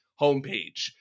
homepage